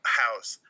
house